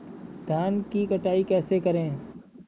धान की कटाई कैसे करें?